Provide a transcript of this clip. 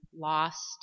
lost